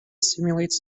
simulates